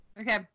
Okay